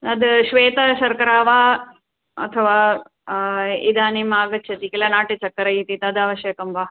तद् श्वेतशर्करा वा अथवा इदानीमागच्छति किल नाटिसक्करे इति तदावश्यकं वा